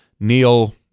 Neil